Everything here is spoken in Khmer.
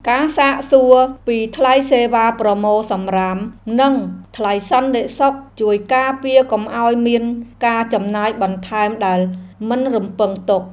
ការសាកសួរពីថ្លៃសេវាប្រមូលសំរាម និងថ្លៃសន្តិសុខជួយការពារកុំឱ្យមានការចំណាយបន្ថែមដែលមិនរំពឹងទុក។